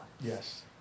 Yes